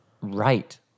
Right